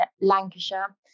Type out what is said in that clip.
Lancashire